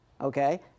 Okay